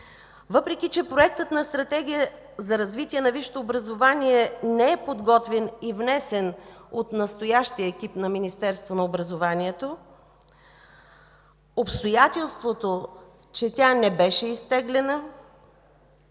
Въпреки че проектът на Стратегия за развитие на висшето образование не е подготвен и внесен от настоящия екип на Министерството на образованието обстоятелството, че тя не беше изтеглена